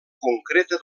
concreta